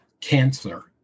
Cancer